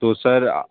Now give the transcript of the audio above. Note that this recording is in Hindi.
तो सर